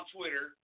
Twitter